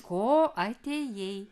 ko atėjai